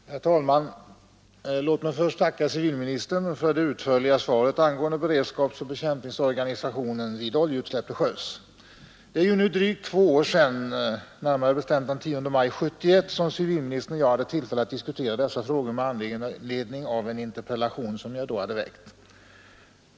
Herr talman! Låt mig först tacka civilministern för det utförliga svaret angående beredskapsoch bekämpningsorganisation vid oljeutsläpp till sjöss. Det är nu drygt två år sedan, närmare bestämt den 10 maj 1971, som civilministern och jag hade tillfälle att diskutera dessa frågor med anledning av en interpellation, som jag då hade väckt.